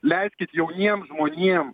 leiskit jauniem žmonėm